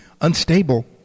unstable